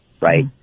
Right